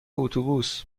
اتوبوس